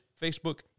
Facebook